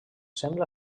sembla